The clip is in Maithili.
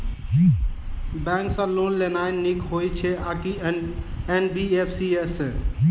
बैंक सँ लोन लेनाय नीक होइ छै आ की एन.बी.एफ.सी सँ?